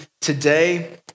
today